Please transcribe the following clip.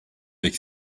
avec